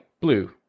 blue